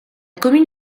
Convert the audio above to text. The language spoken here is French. commune